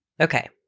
okay